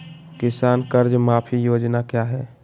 किसान कर्ज माफी योजना क्या है?